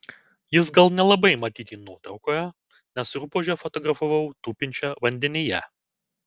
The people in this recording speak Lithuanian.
jis gal nelabai matyti nuotraukoje nes rupūžę fotografavau tupinčią vandenyje